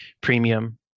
premium